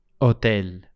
Hotel